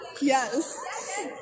Yes